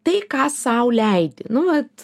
tai ką sau leidi nu vat